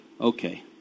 Okay